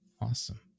awesome